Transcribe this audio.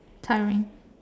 tiring